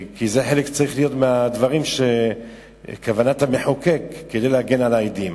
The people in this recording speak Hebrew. כי זה צריך להיות חלק מהדברים של כוונת המחוקק כדי להגן על העדים.